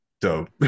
dope